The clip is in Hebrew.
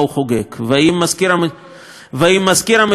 האם מזכיר המדינה קרי,